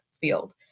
field